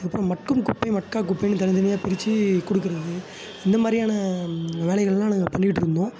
அதுக்கப்புறம் மக்கும் குப்பை மக்கா குப்பைன்னு தனித்தனியாக பிரிச்சு கொடுக்குறது இந்த மாதிரியான வேலைககளெலாம் நாங்கள் பண்ணிகிட்டுருந்தோம்